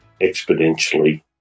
exponentially